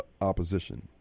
opposition